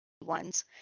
ones